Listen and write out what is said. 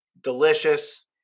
delicious